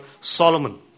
Solomon